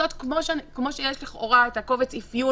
כמו שיש לכאורה את קובץ האפיון,